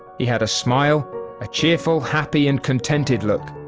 he had a smile a cheerful happy and contented look.